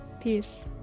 Peace